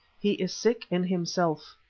he is sick in himself,